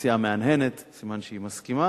המציעה מהנהנת, סימן שהיא מסכימה.